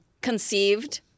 conceived